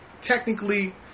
technically